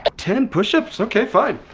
ah ten push-ups? okay, fine.